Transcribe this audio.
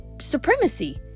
supremacy